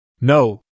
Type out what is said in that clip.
No